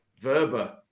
Verba